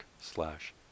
slash